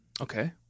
Okay